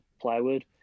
plywood